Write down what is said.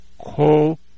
call